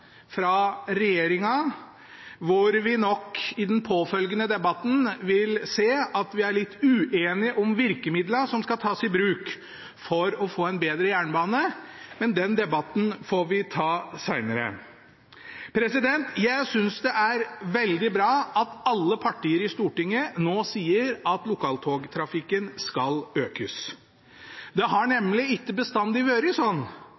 fra regjeringen, hvor vi nok i den påfølgende debatten vil se at vi er litt uenige om virkemidlene som skal tas i bruk for å få en bedre jernbane, men den debatten får vi ta senere. Jeg synes det er veldig bra at alle partier i Stortinget nå sier at lokaltogtrafikken skal økes. Det har nemlig ikke bestandig vært sånn.